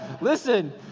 Listen